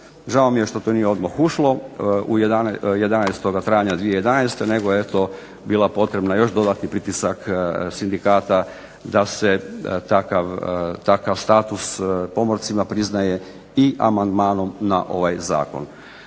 Žao mi je što to nije odmah ušlo, 11. travnja 2011. nego eto je bila potrebna još dodatni pritisak sindikata da se takav status pomorcima priznaje i amandmanom na ovaj zakon.